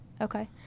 Okay